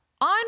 on